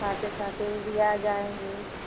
खाते खाते वह भी आ जाऍंगे